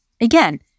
Again